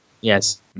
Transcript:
Yes